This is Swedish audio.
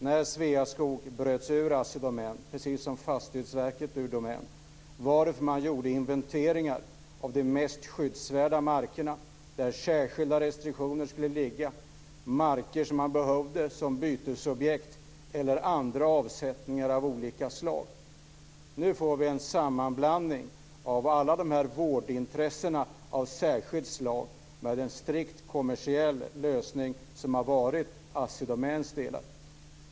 När Sveaskog bröts ur Assi Domän, precis som Fastighetsverket, var det därför att man gjort inventeringar av de mest skyddsvärda markerna där särskilda restriktioner skulle gälla. Det var marker som man behövde som bytesobjekt eller för andra avsättningar av olika slag. Nu får vi en sammanblandning mellan alla de här vårdintressena av särskilt slag och en strikt kommersiell lösning, som har varit Assi Domäns uppgift.